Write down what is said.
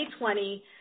2020